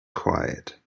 quiet